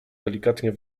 delikatnie